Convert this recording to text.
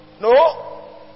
No